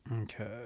okay